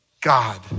God